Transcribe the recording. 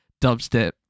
dubstep